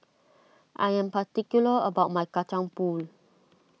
I am particular about my Kacang Pool